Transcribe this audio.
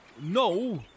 No